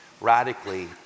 radically